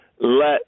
Let